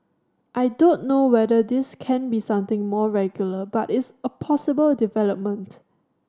I don't know whether this can be something more regular but it's a possible development